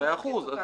מאה אחוז.